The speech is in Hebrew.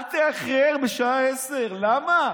אל תאחר, בשעה 10:00. למה?